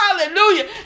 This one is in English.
Hallelujah